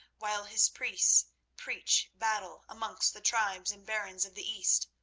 while his priests preach battle amongst the tribes and barons of the east.